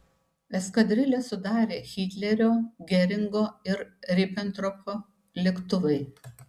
eskadrilę sudarė hitlerio geringo ir ribentropo lėktuvai